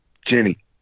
jenny